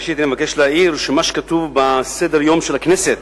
ראשית אני מבקש להעיר שמה שכתוב בסדר-היום של הכנסת